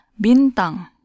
bintang